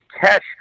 catch